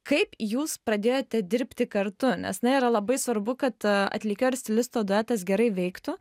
kaip jūs pradėjote dirbti kartu nes na yra labai svarbu kad atlikėjo ir stilisto duetas gerai veiktų